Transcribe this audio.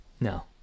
no